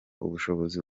ubushobozi